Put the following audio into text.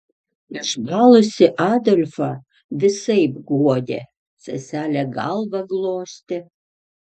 išbalusį adolfą visaip guodė seselė galvą glostė